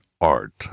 art